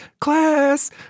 class